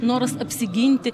noras apsiginti